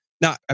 Now